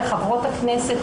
לחברות הכנסת,